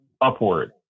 upward